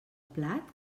plat